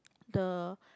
the